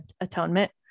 atonement